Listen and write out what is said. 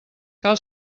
cal